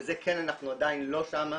וזה כן אנחנו עדיין לא שם,